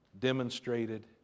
demonstrated